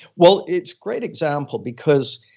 well, it's great example because